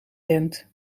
tent